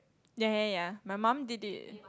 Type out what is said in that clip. ya ya ya my mum did it